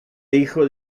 hijo